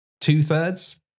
two-thirds